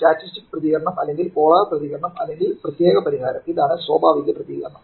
statistic പ്രതികരണം അല്ലെങ്കിൽ polar പ്രതികരണം അല്ലെങ്കിൽ പ്രത്യേക പരിഹാരം ഇതാണ് സ്വാഭാവിക പ്രതികരണം